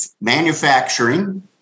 Manufacturing